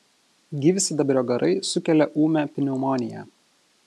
gyvsidabrio garai sukelia ūmią pneumoniją